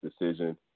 decision